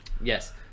Yes